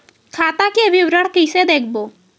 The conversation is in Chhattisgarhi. खाता के विवरण कइसे देखबो?